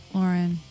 Lauren